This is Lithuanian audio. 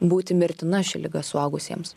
būti mirtina ši liga suaugusiems